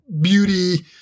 beauty